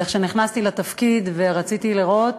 כשנכנסתי לתפקיד ורציתי לראות